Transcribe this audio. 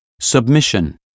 submission